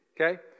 okay